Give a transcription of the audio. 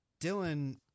Dylan